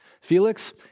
Felix